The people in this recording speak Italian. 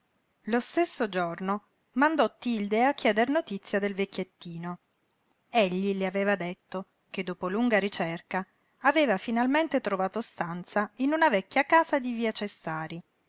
lo stesso giorno mandò tilde a chieder notizia del vecchiettino egli le aveva detto che dopo lunga ricerca aveva finalmente trovato stanza in una vecchia casa di via cestari